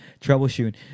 Troubleshooting